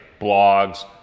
blogs